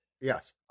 Yes